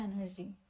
energy